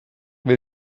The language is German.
will